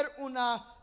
una